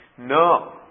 No